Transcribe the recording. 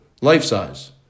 life-size